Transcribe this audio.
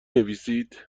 نویسید